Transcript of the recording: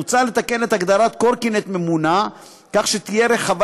מוצע לתקן את הגדרת קורקינט ממונע כך שתהיה רחבה